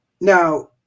Now